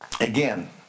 again